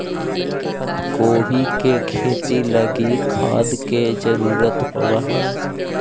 पत्तागोभी के खेती लागी खाद के जरूरत होब हई